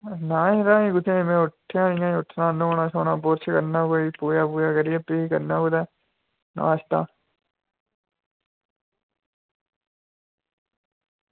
ना यरा ऐहीं कुत्थें ऐहीं में उट्ठना न्हौना धोना ब्रुश करना कोई भी कुदै कुदै नाश्ता